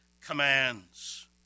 commands